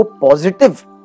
positive